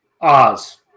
Oz